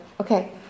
Okay